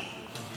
מי השר באולם?